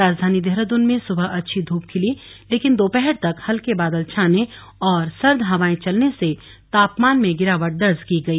राजधानी देहरादून में सुबह अच्छी धूप खिली लेकिन दोपहर तक हल्के बादल छाने और सर्द हवाएं चलने से तापमान में गिरावट दर्ज की गई